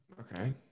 Okay